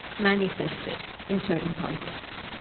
manifested in certain contexts.